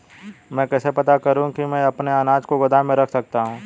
मैं कैसे पता करूँ कि मैं अपने अनाज को गोदाम में रख सकता हूँ?